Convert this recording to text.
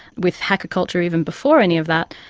with hacker culture even before any of that,